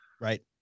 Right